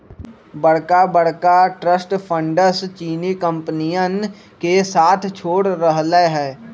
बड़का बड़का trust funds चीनी कंपनियन के साथ छोड़ रहले है